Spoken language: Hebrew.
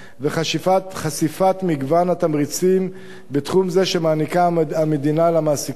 וחשיפת מגוון התמריצים בתחום זה שמעניקה המדינה למעסיקים.